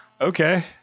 okay